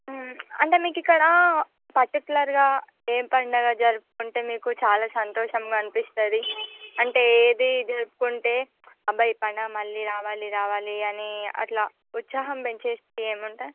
అంటే మీకు ఇక్కడ పర్టికులర్గా ఏమి పండుగ జరుపుకుంటే మీకు చాలా సంతోషంగా అనిపిస్తుంది అంటే ఏది జరుపుకుంటే అబ్బా ఈ పండుగ మళ్ళీ రావాలి రావాలి అని అట్ల ఉత్సాహం పెంచేవి ఏముంటాయి